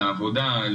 לעבודה,